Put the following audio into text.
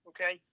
Okay